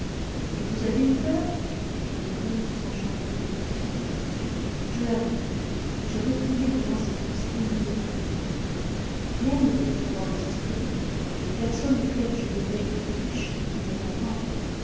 et vous avez eu peur fit le comte sans changer de position je l'avoue j'ai reculé devant cette extrémité terrible rien n'était encore désespéré les personnes auxquelles je devais étaient riches et pouvaient attendre